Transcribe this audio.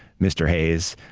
mr. hayes,